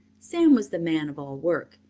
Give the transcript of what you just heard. sam was the man of all work.